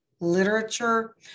literature